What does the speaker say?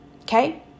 okay